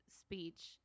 speech